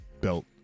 belt